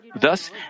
Thus